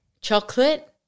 chocolate